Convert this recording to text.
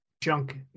junk